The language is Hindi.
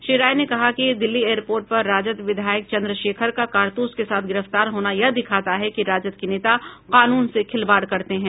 श्री राय ने कहा कि दिल्ली एयर पोर्ट पर राजद विधायक चन्द्रशेखर का कारतूस के साथ गिरफ्तार होना यह दिखाता है कि राजद के नेता कानून से खिलवाड़ करते हैं